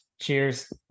cheers